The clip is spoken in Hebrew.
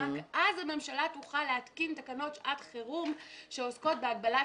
רק אז הממשלה תוכל להתקין תקנות שעת חירום שעוסקות בהגבלת